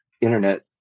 Internet